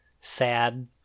sad